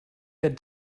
der